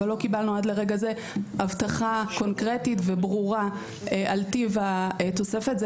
אבל עד לרגע זה לא קיבלנו הבטחה קונקרטית וברורה על טיב התוספת.